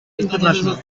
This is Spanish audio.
international